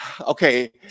okay